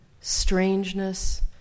strangeness